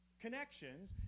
connections